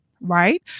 Right